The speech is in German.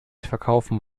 verkaufen